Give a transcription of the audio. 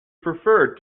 preferred